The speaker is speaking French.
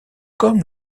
comme